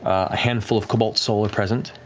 a handful of cobalt soul are present,